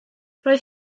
roedd